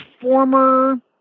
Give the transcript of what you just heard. former